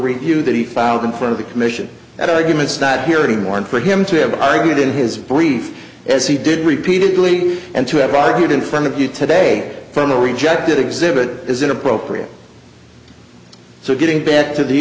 review that he filed in front of the commission and arguments not here anymore and for him to have argued in his brief as he did repeatedly and to have argued in front of you today from the rejected exhibit is inappropriate so getting back to the